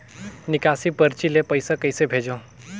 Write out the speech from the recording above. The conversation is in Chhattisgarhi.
निकासी परची ले पईसा कइसे भेजों?